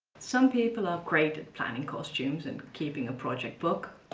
some people are great at planning costumes and keeping a project book.